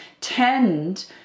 tend